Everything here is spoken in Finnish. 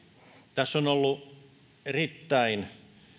tässä on ollut erittäin